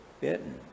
bitten